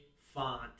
font